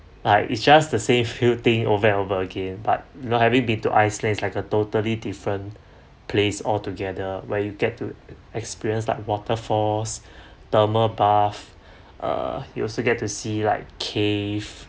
like it's just the same few thing over and over again but you know having been to iceland is like a totally different place altogether where you get to experience like waterfalls thermal bath uh you also get to see like cave